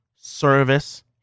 service